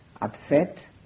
upset